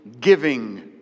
giving